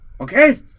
okay